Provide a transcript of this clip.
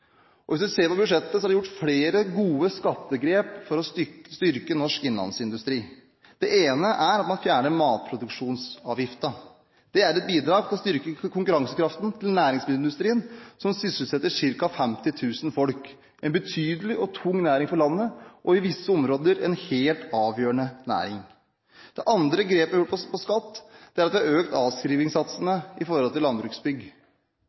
budsjettet. Hvis man ser på budsjettet, er det gjort flere gode skattegrep for å styrke norsk innlandsindustri. Det ene er at man fjerner matproduksjonsavgiften. Det er et bidrag til å styrke konkurransekraften til næringsmiddelindustrien som sysselsetter ca. 50 000 folk. Det er en betydelig og tung næring for landet, og i visse områder en helt avgjørende næring. Det andre grepet vi har gjort når det gjelder skatt, er at vi har økt avskrivingssatsene for landbruksbygg.